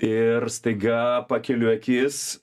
ir staiga pakeliu akis